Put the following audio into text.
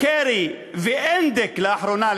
קרי ואינדיק, לאחרונה,